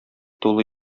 тулы